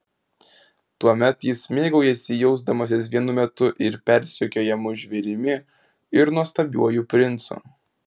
tuomet jis mėgaujasi jausdamasis vienu metu ir persekiojamu žvėrimi ir nuostabiuoju princu